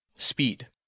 Speed